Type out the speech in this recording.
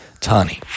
tani